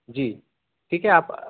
جی ٹھیک ہے آپ